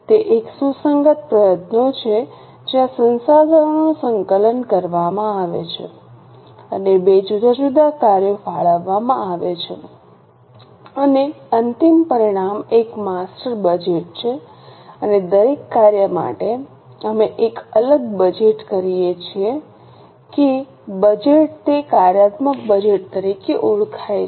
તે એક સુસંગત પ્રયત્નો છે જ્યાં સંસાધનોનું સંકલન કરવામાં આવે છે અને બે જુદા જુદા કાર્યો ફાળવવામાં આવે છે અને અંતિમ પરિણામ એક માસ્ટર બજેટ છે અને દરેક કાર્ય માટે અમે એક અલગ બજેટ કરીએ છીએ કે બજેટ તે કાર્યાત્મક બજેટ તરીકે ઓળખાય છે